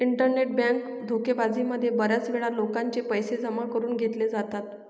internet bank धोकेबाजी मध्ये बऱ्याच वेळा लोकांचे पैसे जमा करून घेतले जातात